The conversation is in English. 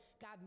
God